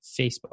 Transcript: Facebook